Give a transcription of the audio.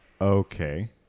Okay